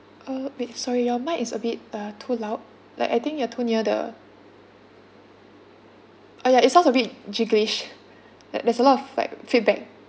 uh wait sorry your mic is a bit uh too loud like I think you're too near the uh ya it sounds a bit jiggleish like there's a lot of fact feedback